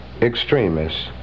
extremists